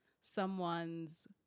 someone's